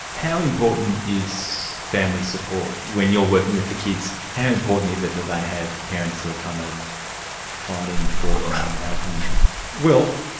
how important is family support when you're working with the kids? how important is it that they have parents who are kind of fighting for them or helping them out? well,